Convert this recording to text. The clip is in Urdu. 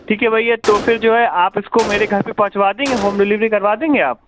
ٹھیک ہے بھیا تو پھر جو ہے آپ اس کو میرے گھر پہ پہنچوا دیں گے ہوم ڈلیوری کروا دیں گے آپ